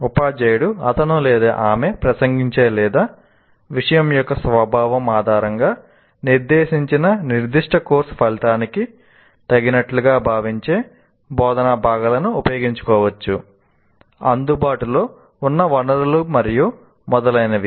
ఉపాధ్యాయుడు అతను ఆమె ప్రసంగించే లేదా విషయం యొక్క స్వభావం ఆధారంగా నిర్దేశించిన నిర్దిష్ట కోర్సు ఫలితానికి తగినట్లుగా భావించే బోధనా భాగాలను ఉపయోగించుకోవచ్చు అందుబాటులో ఉన్న వనరులు మరియు మొదలైనవి